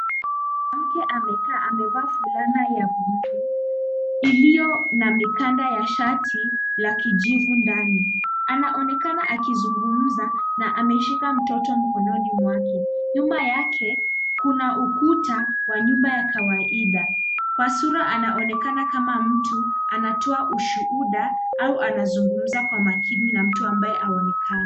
Mwanamke amekaa amevaa fulana ya buluu iliyo na mikanda ya shati la kijivu ndani. anaonekana akizungumza na ameshika mtoto mkononi mwake. Nyuma yake kuna ukuta wa nyumba ya kawaida. Kwa sura anaonekana kama mtu anatoa ushuhuda au anazungumza kwa makini na mtu ambaye haonekani.